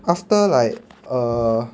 after like err